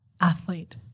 Athlete